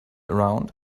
around